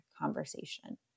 conversation